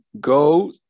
go